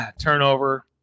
Turnover